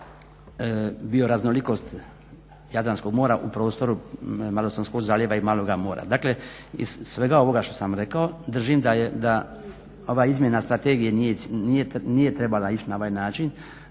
bioraznolikost Jadranskog mora u prostoru Malostonskog zaljeva i maloga mora. Dakle, iz svega ovoga što sam rekao držim da ova izmjena strategije nije trebala ići na ovaj način,